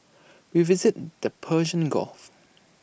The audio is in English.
we visited the Persian gulf